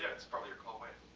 it's probably your call waiting.